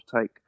take